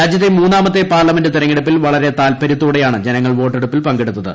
രാജ്യത്തെ മൂന്നാമത്തെ പാർലമെന്റ് തിരഞ്ഞെടുപ്പിൽ വളരെ താൽപ്പര്യത്തോടെയാണ് ജനങ്ങൾ വോട്ടെടുപ്പിൽ പങ്കെടുത്തത്